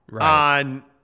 on